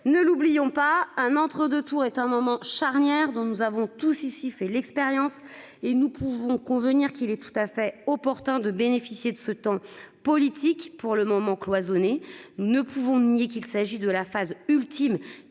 ne l'oublions pas, un entre-deux tours est un moment charnière dont nous avons tous ici fait l'expérience. Et nous pouvons convenir qu'il est tout à fait opportun de bénéficier de ce temps politique, pour le moment cloisonné ne pouvons nier qu'il s'agit de la phase ultime